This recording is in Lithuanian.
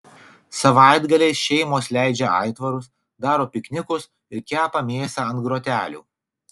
savaitgaliais šeimos leidžia aitvarus daro piknikus ir kepa mėsą ant grotelių